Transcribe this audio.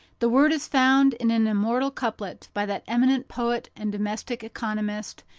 the word is found in an immortal couplet by that eminent poet and domestic economist,